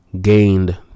gained